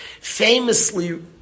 Famously